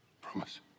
Promise